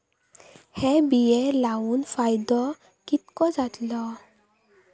हे बिये लाऊन फायदो कितको जातलो?